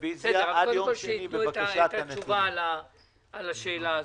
בסדר, קודם כול שייתנו את התשובה לשאלה הזאת.